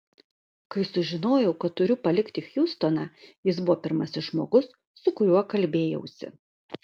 kai sužinojau kad turiu palikti hjustoną jis buvo pirmasis žmogus su kuriuo kalbėjausi